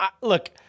look